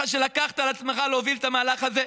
על שלקחת על עצמך להוביל את המהלך הזה.